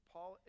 Paul